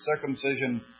circumcision